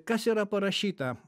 kas yra parašyta